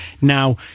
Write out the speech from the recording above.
Now